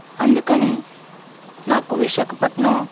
అందుకని నాకు విశాఖపట్నం